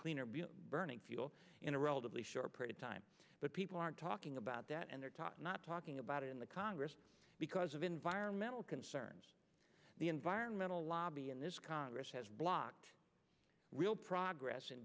cleaner burning fuel in a relatively short period time but people aren't talking about that and they're taught not talking about it in the congress because of environmental concerns the environmental lobby in this congress has blocked real progress in